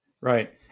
Right